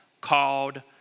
called